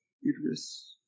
uterus